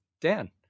dan